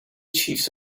chiefs